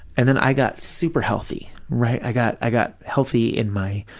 and then i got super healthy, right, i got i got healthy in my,